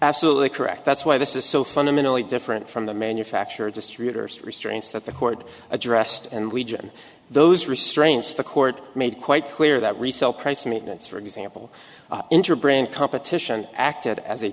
absolutely correct that's why this is so fundamentally different from the manufacturer distributors restraints that the court addressed and region those restraints the court made quite clear that resell price movements for example interbrand competition acted as a